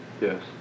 Yes